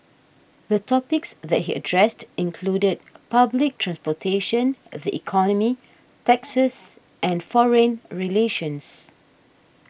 the topics that he addressed included public transportation the economy taxes and foreign relations